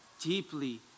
deeply